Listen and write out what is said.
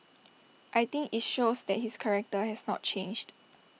I think IT shows that his character has not changed